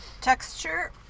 texture